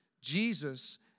Jesus